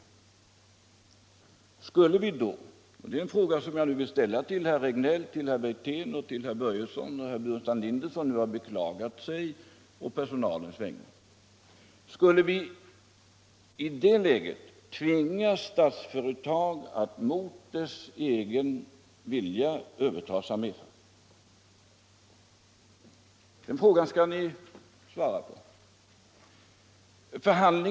Skulle vi då — det är en fråga som jag nu vill ställa till herr Regnéll, herr Wirtén, herr Börjesson och herr Burenstam Linder, som har beklagat sig å personalens vägnar — tvinga Statsföretag att mot sin vilja överta Samefa? Den frågan skall ni svara på.